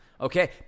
Okay